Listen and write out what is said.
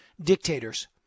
Dictators